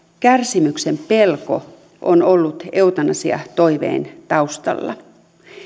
kärsimyksen pelko on ollut eutanasiatoiveen taustalla